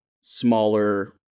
smaller